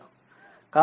కాబట్టిఇక్కడ0